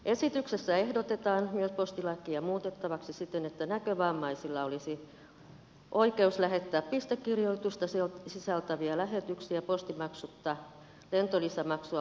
esityksessä ehdotetaan postilakia muutettavaksi siten että näkövammaisilla olisi oikeus lähettää pistekirjoitusta sisältäviä lähetyksiä postimaksutta lentolisämaksua lukuun ottamatta